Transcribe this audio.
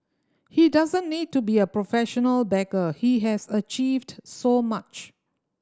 he doesn't need to be a professional beggar he has achieved so much